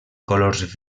colors